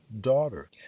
daughter